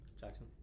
Jackson